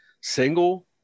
single